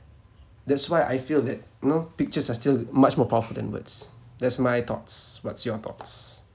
that's why I feel that you know pictures are still much more powerful than words that's my thoughts what's your thoughts